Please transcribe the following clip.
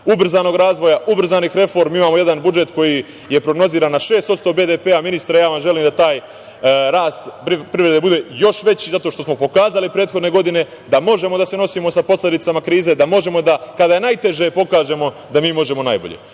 ubrzanog razvoja, ubrzanih reformi, imamo jedan budžet koji je prognoziran na 6% BDP. Ministre, želim vam da taj rast privrede bude još veći zato što smo pokazali prethodne godine da možemo da se nosimo sa posledicama krize, da kada je najteže pokažemo da mi možemo najbolje. Još